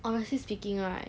honestly speaking right